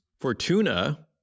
Fortuna